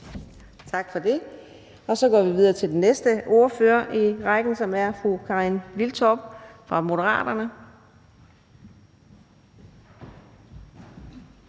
Tak for det. Og så går vi videre til den næste ordfører i rækken, som er fru Karin Liltorp fra Moderaterne.